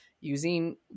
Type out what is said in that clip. using